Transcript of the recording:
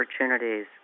opportunities